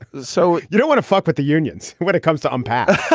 so you don't want to fuck with the unions when it comes to impasse